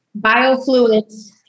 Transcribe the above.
Biofluids